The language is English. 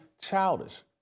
childish